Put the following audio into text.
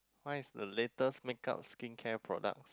mine is the latest make up skin care products